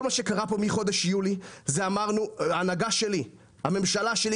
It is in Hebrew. כל מה שקרה פה מחודש יולי זה שהממשלה שלי,